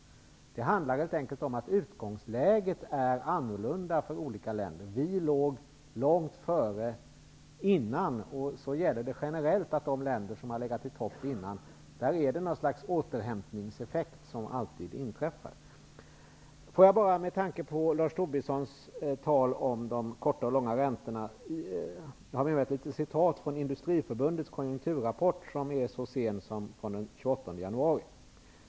Det handlar helt enkelt om att utgångsläget är annorlunda för olika länder. Sverige har legat långt före tidigare. Generellt gäller att det alltid inträffar någon slags återhämtningseffekt för de länder som har legat i topp tidigare. Lars Tobisson talade om de korta och långa räntorna. Jag har med mig ett litet citat från Industriförbundets konjunkturrapport som är så färsk som från den 28 januari.